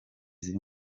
ziri